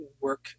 work